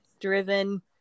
driven